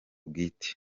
bwite